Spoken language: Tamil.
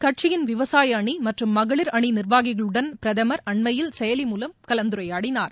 கட்சியின் விவசாய அணி மற்றம் மகளிர் அணி நிர்வாகிகளுடன் பிரதமர் அண்மையில் செயலி மூலம் கலந்துரையாடினார்